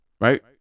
right